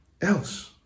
else